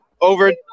over